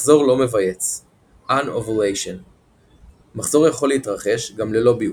מחזור לא מבייץ - anovulation - מחזור יכול להתרחש גם ללא ביוץ,